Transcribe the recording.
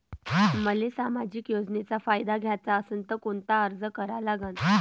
मले सामाजिक योजनेचा फायदा घ्याचा असन त कोनता अर्ज करा लागन?